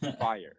fire